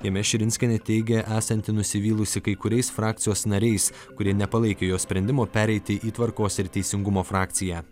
jame širinskienė teigia esanti nusivylusi kai kuriais frakcijos nariais kurie nepalaikė jos sprendimo pereiti į tvarkos ir teisingumo frakciją